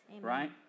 right